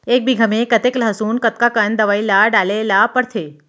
एक बीघा में कतेक लहसुन कतका कन दवई ल डाले ल पड़थे?